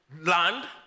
land